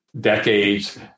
decades